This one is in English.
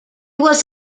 was